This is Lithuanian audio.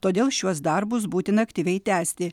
todėl šiuos darbus būtina aktyviai tęsti